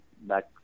back